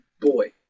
boy